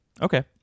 Okay